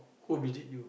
who visit you